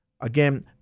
Again